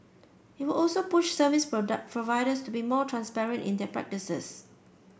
it will also push service product providers to be more transparent in their practices